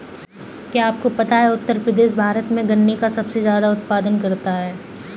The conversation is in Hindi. क्या आपको पता है उत्तर प्रदेश भारत में गन्ने का सबसे ज़्यादा उत्पादन करता है?